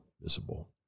visible